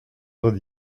heures